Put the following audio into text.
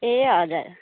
ए हजुर